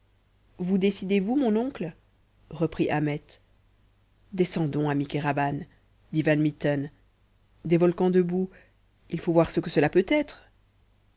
vous décidez-vous mon oncle reprit ahmet descendons ami kéraban dit van mitten des volcans de boue il faut voir ce que cela peut être